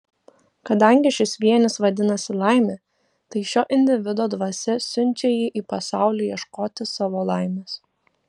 kadangi šis vienis vadinasi laimė tai šio individo dvasia siunčia jį į pasaulį ieškoti savo laimės